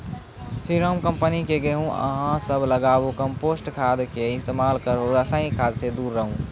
स्री Ram company के गेहूँ अहाँ सब लगाबु कम्पोस्ट खाद के इस्तेमाल करहो रासायनिक खाद से दूर रहूँ?